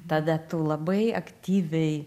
tada tu labai aktyviai